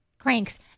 Cranks